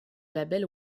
label